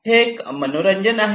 हे फार मनोरंजक आहे